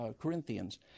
Corinthians